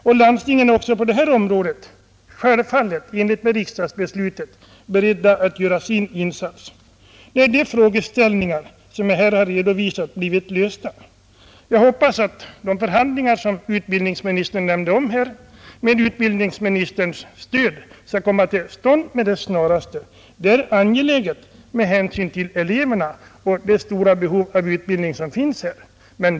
Landstingen är självfallet också på detta område, i enlighet med riksdagsbeslutet, beredda att göra sin insats när de frågeställningar som jag här redovisat blivit lösta. Jag hoppas att de förhandlingar, som utbildningsministern nämnde, med utbildningsministerns stöd skall komma till stånd med det snaraste. Det är angeläget med hänsyn till eleverna och det stora behov av utbildning som finns.